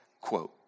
quote